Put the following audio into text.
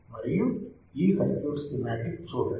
మరియు ఈ circuit schematic చూడండి